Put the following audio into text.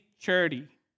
charity